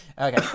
Okay